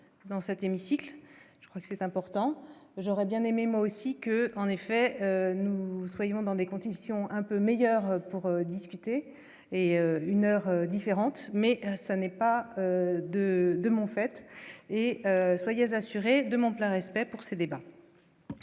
dans cet hémicycle, je crois que c'est important. J'aurais bien aimé moi aussi que, en effet, nous soyons dans des conditions un peu meilleure pour discuter et une heure différente mais ça n'est pas de de mon fait, et soyez assuré de mon plein respect pour ce débats